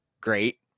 great